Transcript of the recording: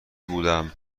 بودم